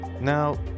now